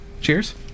Cheers